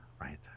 right